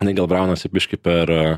jinai gal braunasi biškį per